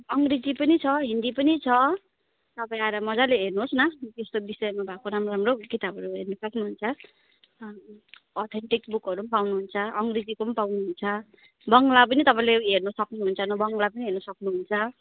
अङ्ग्रेजी पनि छ हिन्दी पनि छ तपाईँ आएर मजाले हेर्नु होस् न त्यस्तो विषयमा भएको राम्रो राम्रो किताबहरू हेर्नु सक्नु हुन्छ अथेन्टिक बुकहरू पाउनु हुन्छ अङ्ग्रेजीको पाउनु हुन्छ बङ्गला पनि तपाईँले हेर्नु सक्नु हुन्छ बङ्गला पनि हेर्नु सक्नु हुन्छ